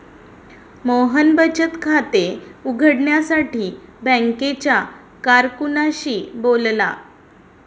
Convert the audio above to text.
मोहन बचत खाते उघडण्यासाठी बँकेच्या कारकुनाशी बोलला